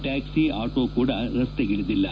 ಟ್ಯಾಕ್ಲಿ auto ಕೂಡ ರಸ್ತೆಗಳಿದಿಲ್ಲ